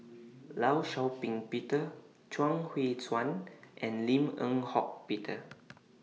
law Shau Ping Peter Chuang Hui Tsuan and Lim Eng Hock Peter